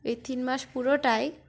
এই তিন মাস পুরোটাই